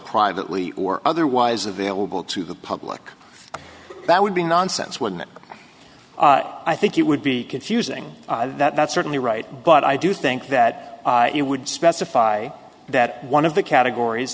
privately or otherwise available to the public that would be nonsense when i think it would be confusing that's certainly right but i do think that you would specify that one of the categories